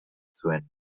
zuen